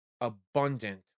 abundant